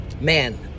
man